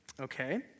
Okay